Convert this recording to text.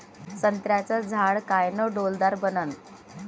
संत्र्याचं झाड कायनं डौलदार बनन?